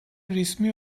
resmi